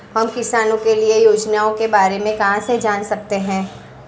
हम किसानों के लिए योजनाओं के बारे में कहाँ से जान सकते हैं?